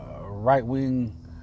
right-wing